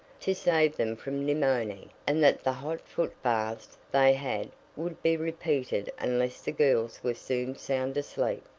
to save them from nemonie, and that the hot foot baths they had would be repeated unless the girls were soon sound asleep.